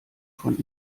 von